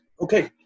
Okay